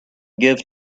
give